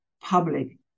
public